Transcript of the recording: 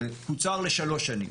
זה קוצר לשלוש שנים.